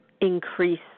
increase